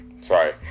Sorry